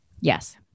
Yes